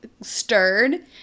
stirred